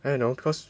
I don't know cause